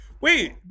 wait